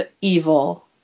Evil